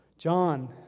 John